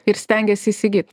ir stengiasi įsigyt